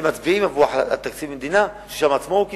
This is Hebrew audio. והם מצביעים עבור תקציב המדינה, שבעצמו הוא קיצוץ.